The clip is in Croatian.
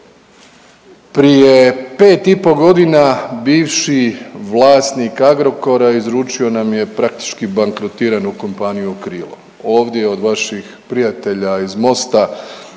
Prije pet i po godina bivši vlasnik Agrokora izručio nam je praktički bankrotiranu kompaniju u krilo. Ovdje od vaših prijatelja iz Mosta